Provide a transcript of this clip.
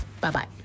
Bye-bye